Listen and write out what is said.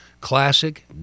classic